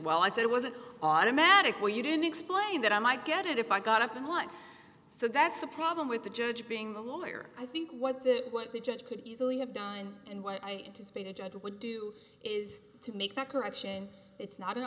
well i said it was an automatic when you didn't explain that i might get it if i got up and i want so that's the problem with the judge being the lawyer i think what that what the judge could easily have done and what i would do is to make that correction it's not an